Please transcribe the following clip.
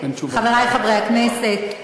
חברי חברי הכנסת,